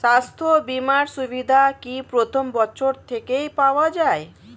স্বাস্থ্য বীমার সুবিধা কি প্রথম বছর থেকে পাওয়া যায়?